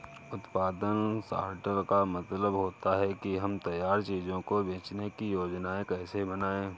उत्पादन सॉर्टर का मतलब होता है कि हम तैयार चीजों को बेचने की योजनाएं कैसे बनाएं